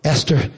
Esther